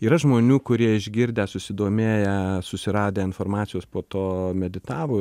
yra žmonių kurie išgirdę susidomėję susiradę informacijos po to meditavo